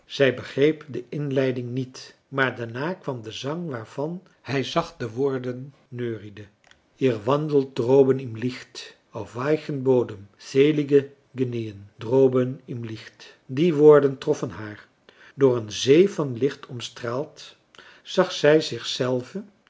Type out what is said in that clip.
zij begreep de inleiding niet maar daarna kwam de zang waarvan hij zacht de woorden neuriede ihr wandelt droben im licht auf weichem boden selige genien droben im licht die woorden troffen haar door een zee van licht omstraald zag zij